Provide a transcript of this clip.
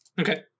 okay